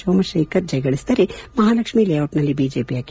ಸೋಮತೇಖರ್ ಜಯಗಳಿಸಿದರೆ ಮಹಾಲಕ್ಷ್ಮೀ ಲೇಔಟ್ನಲ್ಲಿ ಬಿಜೆಪಿಯ ಕೆ